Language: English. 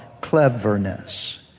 Cleverness